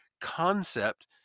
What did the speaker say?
concept